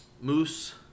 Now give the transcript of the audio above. Moose